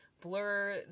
blur